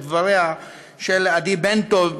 את דבריה של עדי בן-טוב,